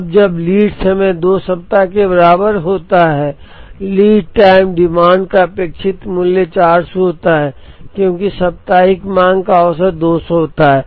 अब जब लीड समय 2 सप्ताह के बराबर होता है लीड टाइम डिमांड का अपेक्षित मूल्य 400 होता है क्योंकि साप्ताहिक मांग का औसत 200 होता है